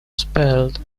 spelled